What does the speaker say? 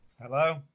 Hello